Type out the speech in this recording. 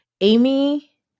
Amy